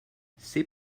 c’est